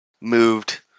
moved